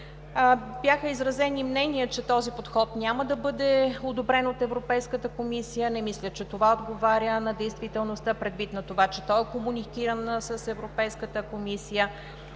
Бяха изразени мнения, че този подход няма да бъде одобрен от Европейската комисия. Не мисля, че това отговаря на действителността, предвид на това, че той е комуникиран с Европейската комисия.